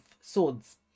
swords